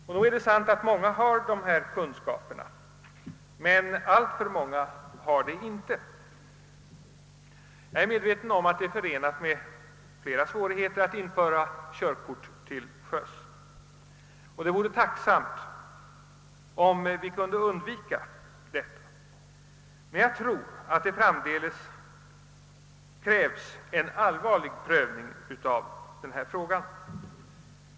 Nog är det sant att många har sådana kunskaper, men alltför många har det inte. Jag är medveten om att det är förenat med många svårigheter att införa körkort till sjöss, och det vore tacknämligt om vi kunde undvika det. Men jag tror att det framdeles kommer att krävas en allvarlig prövning av denna fråga.